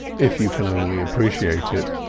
if you can only appreciate it